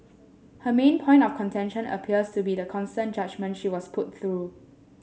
her main point of contention appears to be the constant judgement she was put through